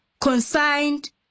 consigned